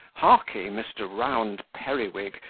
hark ye, mr. round periwig,